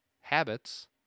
habits